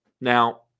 Now